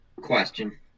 question